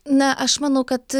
na aš manau kad